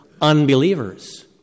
Unbelievers